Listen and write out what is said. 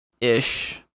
ish